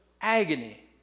agony